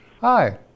Hi